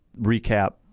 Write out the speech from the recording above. recap